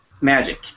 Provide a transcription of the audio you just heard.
magic